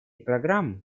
программы